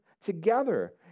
together